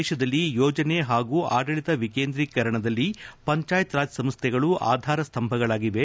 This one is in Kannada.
ದೇಶದಲ್ಲಿ ಯೋಜನೆ ಹಾಗೂ ಆಡಳಿತ ವಿಕೇಂದ್ರೀಕರಣದಲ್ಲಿ ಪಂಚಾಯತ್ ರಾಜ್ ಸಂಸ್ನೆಗಳು ಆಧಾರಸ್ತಂಭಗಳಾಗಿವೆ